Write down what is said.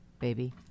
Baby